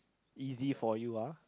easy for you ah